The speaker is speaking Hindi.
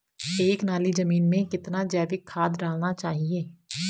एक नाली जमीन में कितना जैविक खाद डालना चाहिए?